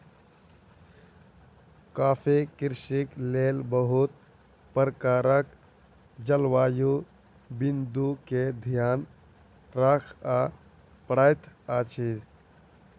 coffee कृषिक लेल बहुत प्रकारक जलवायु बिंदु के ध्यान राखअ पड़ैत अछि